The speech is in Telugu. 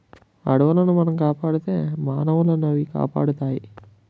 అడవులను మనం కాపాడితే మానవులనవి కాపాడుతాయి